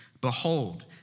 Behold